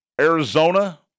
Arizona